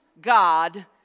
God